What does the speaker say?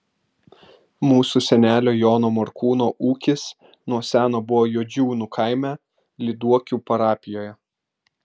mūsų senelio jono morkūno ūkis nuo seno buvo juodžiūnų kaime lyduokių parapijoje